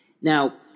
Now